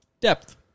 Depth